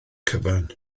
cyfan